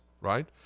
right